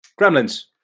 Gremlins